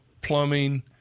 plumbing